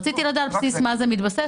רציתי לדעת על מה זה מתבסס.